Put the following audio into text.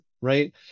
right